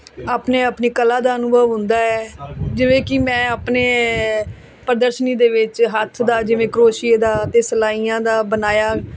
ਆਪਣੀ ਆਪਣੀ ਕਲਾ ਦਾ ਅਨੁਭਵ ਹੁੰਦਾ ਹੈ ਜਿਵੇਂ ਕਿ ਮੈਂ ਆਪਣੇ ਪ੍ਰਦਰਸ਼ਨੀ ਦੇ ਵਿੱਚ ਹੱਥ ਦਾ ਜਿਵੇਂ ਕਰੋਸ਼ੀਏ ਦਾ ਅਤੇ ਸਲਾਈਆਂ ਦਾ ਬਣਾਇਆ